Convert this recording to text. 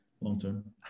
long-term